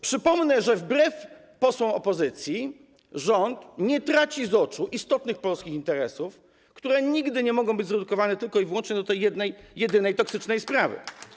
Przypomnę, że wbrew posłom opozycji rząd nie traci z oczu istotnych polskich interesów, które nigdy nie mogą być zredukowane tylko i wyłącznie do tej jednej, jedynej toksycznej sprawy.